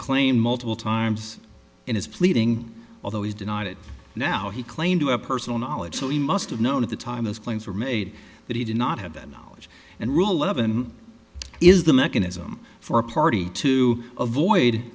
claimed multiple times in his pleading although he's denied it now he claimed to have personal knowledge so he must have known at the time those claims were made that he did not have that knowledge and ruhleben is the mechanism for a party to avoid